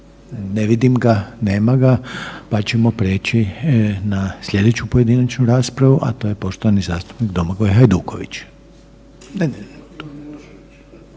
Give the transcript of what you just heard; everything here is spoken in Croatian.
ne vidim ga, nema ga, pa ćemo preći na slijedeću pojedinačnu raspravu, a to je poštovani zastupnik Domagoj Hajduković,